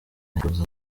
yifuza